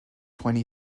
twenty